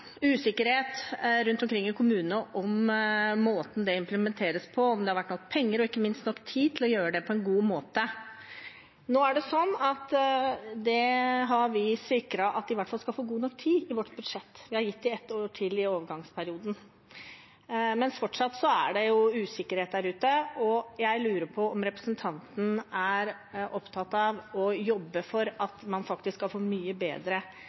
usikkerhet rundt omkring i kommunene om måten den implementeres på, om det har vært nok penger og ikke minst nok tid til å gjøre det på en god måte. Nå har vi i vårt budsjett sikret at de i hvert fall skal få god nok tid. Vi har gitt dem ett år til i overgangsperioden. Men fortsatt er det usikkerhet der ute, og jeg lurer på om representanten er opptatt av å jobbe for at man faktisk skal få mye bedre